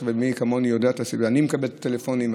מי כמוני יודע, אני מקבל את הטלפונים.